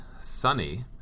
sunny